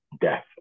death